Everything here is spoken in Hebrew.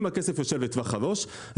אם הכסף יושב לטווח ארוך,